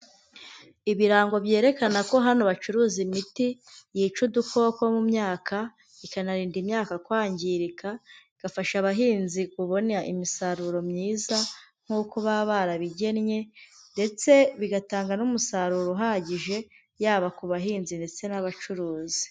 Ibirango byerekana ko hano bacuruza imiti, yica udukoko mu myaka, ikanarinda imyaka kwangirika, igafasha abahinzi kubona imisaruro myiza nk'uko baba barabigennye, ndetse bigatanga n'umusaruro uhagije, yaba ku bahinzi ndetse n'abacuruzi.